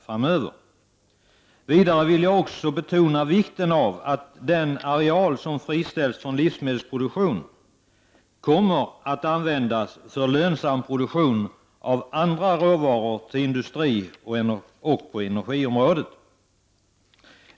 Sedan vill jag betona vikten av att den areal som friställs från livsmedels produktion används för lönsam produktion av andra råvaror till industrin och på energiområdet.